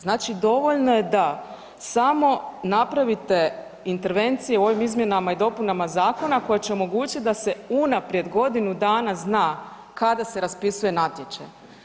Znači dovoljno je da samo napravite intervenciju u ovim izmjenama i dopunama zakona koje će omogućit da se unaprijed godinu dana zna kada se raspisuje natječaj.